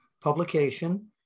publication